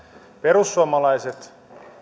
perussuomalaiset eivät nyt peru